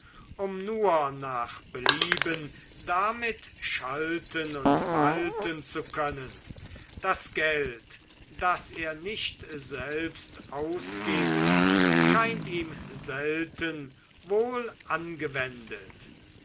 um nur nach belieben damit schalten und walten zu können das geld das er nicht selbst ausgibt scheint ihm selten wohl angewendet